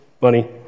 money